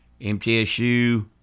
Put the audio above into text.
MTSU